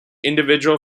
individual